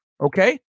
okay